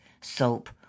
soap